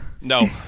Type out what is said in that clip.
No